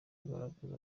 ugaragaza